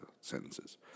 sentences